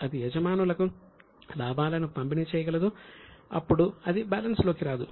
అది యజమానులకు లాభాలను పంపిణీ చేయగలదు అప్పుడు అది బ్యాలెన్స్లోకి రాదు